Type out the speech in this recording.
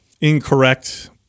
incorrect